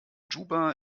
juba